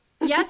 Yes